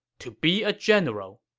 to be a general.